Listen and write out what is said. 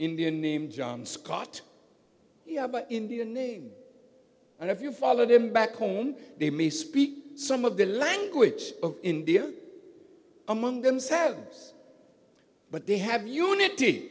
indian named john scott indian name and if you followed him back home they may speak some of the language of india among themselves but they have unity